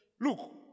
Look